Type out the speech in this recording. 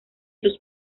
sus